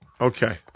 Okay